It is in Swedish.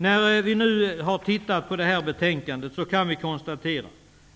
När vi nu har tittat på det här betänkandet kan vi konstatera